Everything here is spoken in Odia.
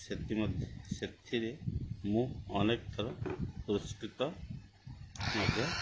ସେଥିମ ସେଥିରେ ମୁଁ ଅନେକଥର ପୁରସ୍କୃତ ମଧ୍ୟ